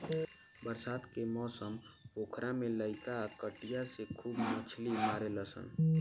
बरसात के मौसम पोखरा में लईका कटिया से खूब मछली मारेलसन